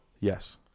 Yes